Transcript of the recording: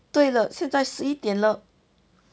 对了现在十一点了